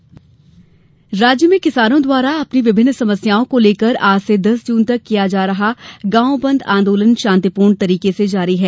किसान आंदोलन प्रदेश में किसानों द्वारा अपनी विभिन्न समस्याओं को लेकर आज से दस जून तक किया जा रहा गांव बंद आंदोलन शांतिपूर्ण तरीके से जारी है